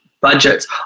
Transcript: budgets